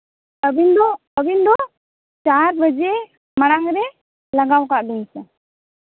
ᱟᱹᱵᱤᱱ ᱫᱚ ᱟᱹᱵᱤᱱ ᱫᱚ ᱪᱟᱨ ᱵᱟᱡᱮ ᱢᱟᱲᱟᱝ ᱨᱮ ᱞᱟᱜᱟᱣ ᱠᱟᱜ ᱵᱤᱱ ᱥᱮ